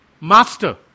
master